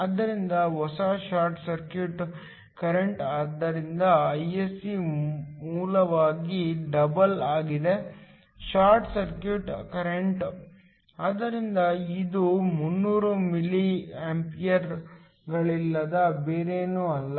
ಆದ್ದರಿಂದ ಹೊಸ short circuit current ಆದ್ದರಿಂದ Isc ಮೂಲವಾಗಿ ಡಬಲ್ ಆಗಿದೆ ಶಾರ್ಟ್ ಸರ್ಕ್ಯೂಟ್ ಕರೆಂಟ್ ಆದ್ದರಿಂದ ಇದು 300 ಮಿಲಿ ಆಂಪಿಯರ್ಗಳಲ್ಲದೆ ಬೇರೇನೂ ಅಲ್ಲ